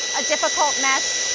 difficult mess.